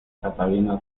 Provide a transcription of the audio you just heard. catalina